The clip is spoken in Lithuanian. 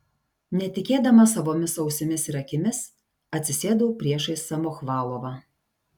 netikėdama savomis ausimis ir akimis atsisėdau priešais samochvalovą